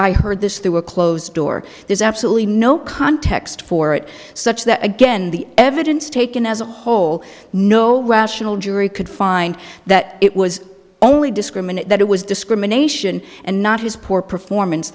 i heard this through a closed door there's absolutely no context for it such that again the evidence taken as a whole no rational jury could find that it was only discriminate that it was discrimination and not his poor performance